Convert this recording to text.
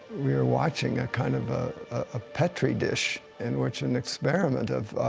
we are watching a kind of ah a petri dish in which an experiment of,